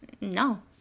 no